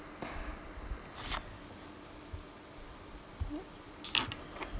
hmm